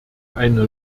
eine